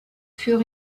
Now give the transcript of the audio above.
fur